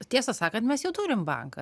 tiesą sakan mes jau turim banką